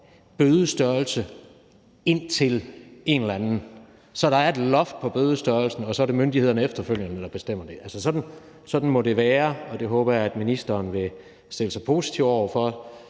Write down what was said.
bødestørrelsen skal være indtil en eller anden grænse, så der er et loft på bødestørrelsen, og så er det efterfølgende myndighederne, der bestemmer det. Sådan må det være, og det håber jeg at ministeren vil stille sig positiv over for.